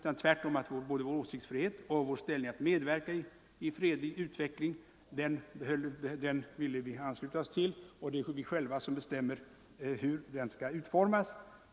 Vi har vår åsiktsfrihet, och det är, som många gånger sagts, vi själva som bestämmer innehållet i vår politik. Detta borde vi utnyttja för att främja en fredlig utveckling.